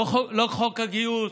לא חוק הגיוס,